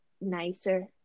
nicer